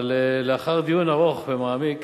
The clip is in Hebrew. אבל לאחר דיון ארוך ומעמיק